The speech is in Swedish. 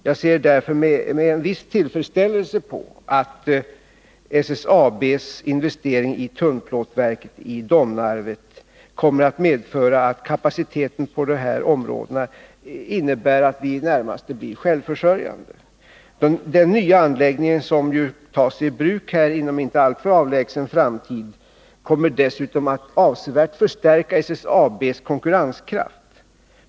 Jag ser därför med en viss tillfredsställelse på att SSAB:s investeringar i tunnplåtverket i Domnarvet kommer att medföra att kapaciteten på de här områdena blir sådan att vi i det närmaste blir självförsörjande. Den nya anläggningen, som skall tas i bruk inom en inte alltför avlägsen framtid, kommer dessutom att avsevärt förstärka SSAB:s konkurrenskraft.